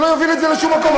זה לא יוביל את זה לשום מקום.